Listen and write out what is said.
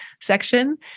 section